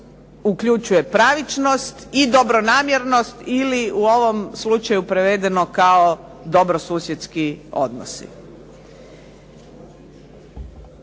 uključuje pravičnost i dobronamjernost ili u ovom slučaju prevedeno kao dobrosusjedski odnosi.